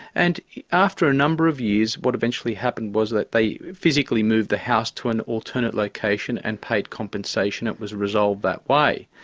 and after a number of years, what eventually happened was that they physically moved the house to an alternate location and paid compensation it was resolved that way.